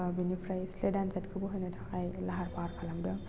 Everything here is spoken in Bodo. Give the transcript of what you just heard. बिनिफ्राइ स्लेट आनजादखौबो होनो थाखाय लाहार फाहार खालामदों